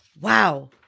Wow